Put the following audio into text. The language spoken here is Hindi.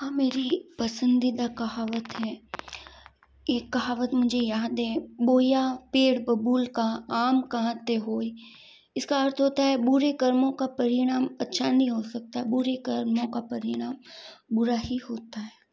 हाँ मेरी पसंदीदा कहावत है एक कहावत मुझे याद है बोया पेड़ बबूल का आम कहाँ ते होये इसका अर्थ होता है बुरे कर्मों का परिणाम अच्छा नही हो सकता बुरे कर्मों का परिणाम बुरा ही होता है